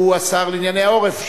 שהוא השר לענייני העורף,